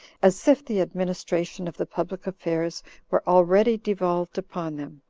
as if the administration of the public affairs were already devolved upon them.